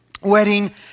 wedding